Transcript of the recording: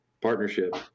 partnership